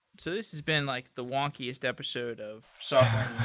so this has been like the wonkiest episode of so